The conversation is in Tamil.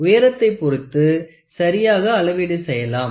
உயரத்தை பொருத்து சரியாக அளவீடு செய்யலாம்